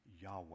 Yahweh